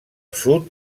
sud